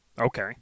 Okay